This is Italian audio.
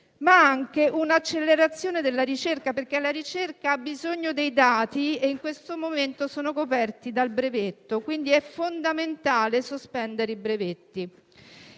ma anche un'accelerazione della ricerca. La ricerca, infatti, ha bisogno dei dati che in questo momento sono coperti dal brevetto, quindi è fondamentale sospendere i brevetti.